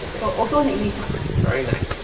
so also neatly tucked very nice.